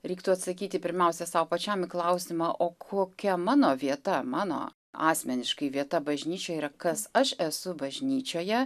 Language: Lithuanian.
reiktų atsakyti pirmiausia sau pačiam į klausimą o kokia mano vieta mano asmeniškai vieta bažnyčioj ir kas aš esu bažnyčioje